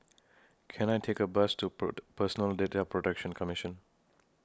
Can I Take A Bus to Pert Personal Data Protection Commission